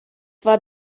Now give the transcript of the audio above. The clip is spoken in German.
war